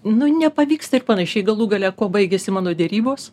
nu nepavyksta ir panašiai galų gale kuo baigėsi mano derybos